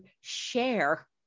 share